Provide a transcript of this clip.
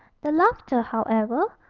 the laughter, however,